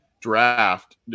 draft